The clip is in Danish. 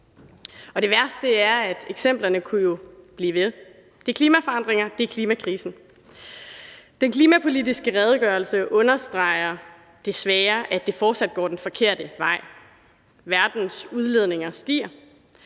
Det værste er, at eksemplerne jo kunne blive ved. Det er klimaforandringer. Det er klimakrisen. Den klimapolitiske redegørelse understreger desværre, at det fortsat går den forkerte vej. Verdens udledninger stiger,